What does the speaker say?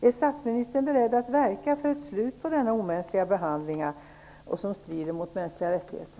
Är statsministern beredd att verka för ett slut på denna omänskliga behandling, som strider mot mänskliga rättigheter?